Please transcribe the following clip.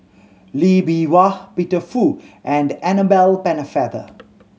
Lee Bee Wah Peter Fu and the Annabel Pennefather